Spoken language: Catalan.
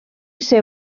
ser